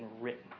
written